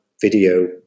video